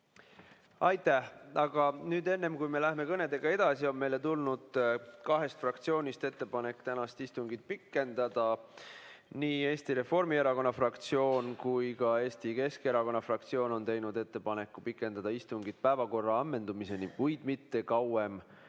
Aitäh! Aga nüüd enne, kui me läheme kõnedega edasi, ütlen, et meile on tulnud kahest fraktsioonist ettepanek tänast istungit pikendada. Nii Eesti Reformierakonna fraktsioon kui ka Eesti Keskerakonna fraktsioon on teinud ettepaneku pikendada istungit päevakorra ammendumiseni, kuid mitte kauem